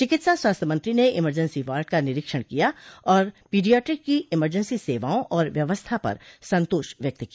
चिकित्सा स्वास्थ्य मंत्री ने इमरजेंसी वार्ड का निरीक्षण किया और पीडियाट्रिक की इमरजेंसी सेवाओं और व्यवस्थाआ पर संतोष व्यक्त किया